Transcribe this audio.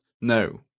no